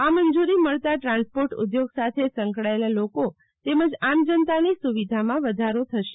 આ મંજુરી મળતાં ટ્રાન્સપોર્ટ ઉધોગ સાથે સંકળાયેલ લોકો તેમજ આમજનતાની સુવિધામાં વધારો થશે